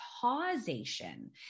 causation